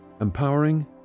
Empowering